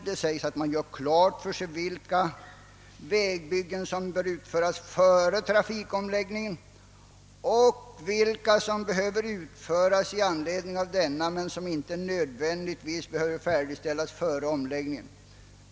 Det sägs att man gör klart för sig vilka vägbyggen som bör utföras före trafikomläggningen och vilka som behöver utföras i anledning av denna men som inte nödvändigtvis behöver färdigställas före omläggningen.